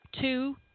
two